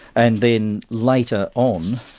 and then later on,